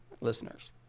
listeners